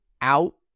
out